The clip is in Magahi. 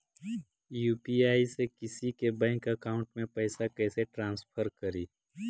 यु.पी.आई से किसी के बैंक अकाउंट में पैसा कैसे ट्रांसफर करी?